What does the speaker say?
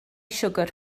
siwgr